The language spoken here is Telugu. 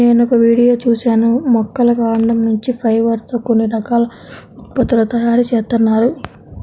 నేనొక వీడియో చూశాను మొక్కల కాండం నుంచి ఫైబర్ తో కొన్ని రకాల ఉత్పత్తుల తయారీ జేత్తన్నారు